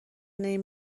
این